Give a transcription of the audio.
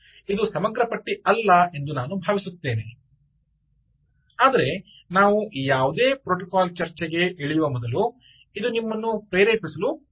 ಇದು ಸಮಗ್ರ ಪಟ್ಟಿ ಅಲ್ಲ ಎಂದು ನಾನು ಭಾವಿಸುತ್ತೇನೆ ಆದರೆ ನಾವು ಯಾವುದೇ ಪ್ರೋಟೋಕಾಲ್ ಚರ್ಚೆಗೆ ಇಳಿಯುವ ಮೊದಲು ಇದು ನಿಮ್ಮನ್ನು ಪ್ರೇರೇಪಿಸಲು ಕಾರಣ